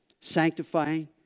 sanctifying